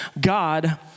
God